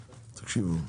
תקשיבו,